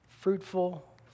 fruitful